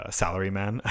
salaryman